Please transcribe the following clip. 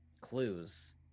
clues